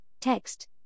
text